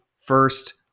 first